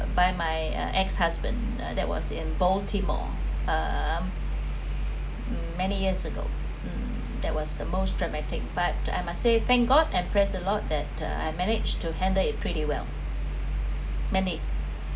by my uh ex husband uh that was in baltimore err many years ago that was the most traumatic but I must say thank god and praise the lord that uh I managed to handle it pretty well mandy